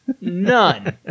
None